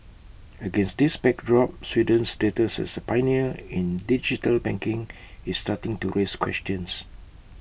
against this backdrop Sweden's status as A pioneer in digital banking is starting to raise questions